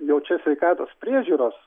jau čia sveikatos priežiūros